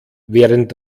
während